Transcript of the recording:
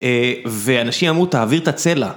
ואנשים אמרו, תעביר את הצלע.